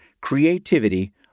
creativity